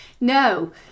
no